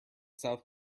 south